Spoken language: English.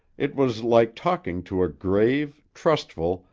it was like talking to a grave, trustful,